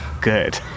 Good